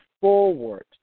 forward